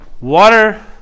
water